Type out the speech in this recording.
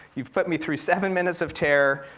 you've put me through seven minutes of terror,